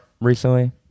recently